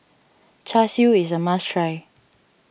Char Siu is a must try